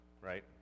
right